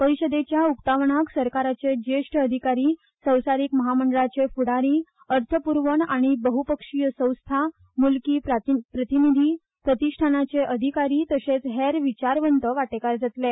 परिषदेच्या उक्तावणाक सरकाराचे ज्येष्ठ अधिकारी संसारीक महामंडळाचे फ्डारी अर्थप्रवण आनी बहपक्षिय संस्था मुलकी प्रतिनिधी प्रतिष्टानाचे प्रतिनिधी तशेंच हेर विचारवंत वाटेकार जातले